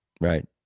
right